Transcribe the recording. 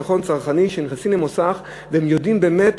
לתושבי מדינת ישראל אין ביטחון צרכני שהם נכנסים למוסך והם יודעים באמת